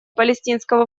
палестинского